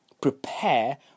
Prepare